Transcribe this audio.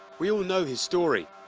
we all know his story,